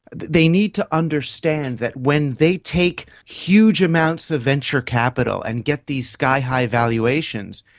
they need to understand that when they take huge amounts of venture capital and get these sky-high evaluations,